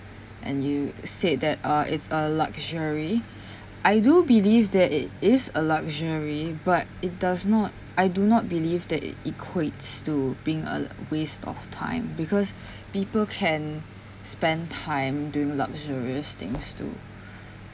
and you said that uh it's a luxury I do believe that it is a luxury but it does not I do not believe that it equates to being a waste of time because people can spend time during luxurious things too